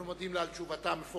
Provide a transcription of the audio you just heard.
אנחנו מודים לה על תשובתה המפורטת.